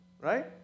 Right